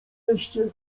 mieście